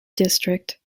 district